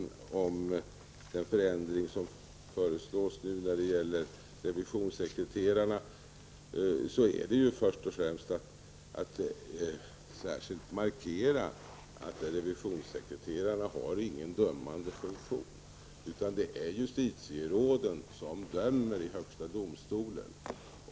Med den förändring som nu föreslås när det gäller revisionssekreterarna vill man först och främst särskilt markera att revisionssekreterarna inte har någon dömande funktion. Det är justitieråden som dömer i högsta domstolen.